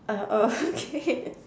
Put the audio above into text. oh okay